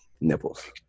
Nipples